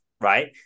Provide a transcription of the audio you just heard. right